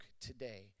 today